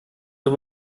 zur